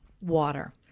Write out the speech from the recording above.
water